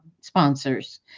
sponsors